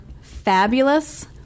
fabulous